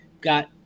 got